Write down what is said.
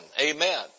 amen